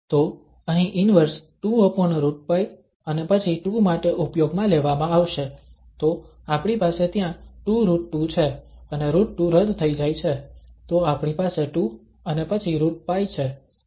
તો અહીં ઇન્વર્સ 2√π અને પછી 2 માટે ઉપયોગમાં લેવામાં આવશે તો આપણી પાસે ત્યાં 2√2 છે અને √2 રદ થઈ જાય છે તો આપણી પાસે 2 અને પછી √π છે